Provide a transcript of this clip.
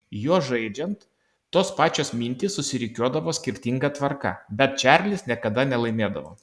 juo žaidžiant tos pačios mintys susirikiuodavo skirtinga tvarka bet čarlis niekada nelaimėdavo